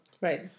right